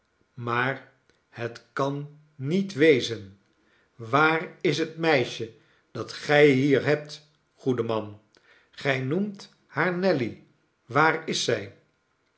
maar het kan niet wezen waar is het meisje dat gij hier hebt goede man jgij noemt haar nelly waar is z